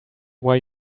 why